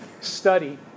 study